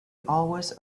always